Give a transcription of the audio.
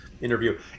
interview